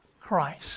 Christ